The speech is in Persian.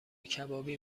کبابی